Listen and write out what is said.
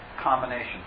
combination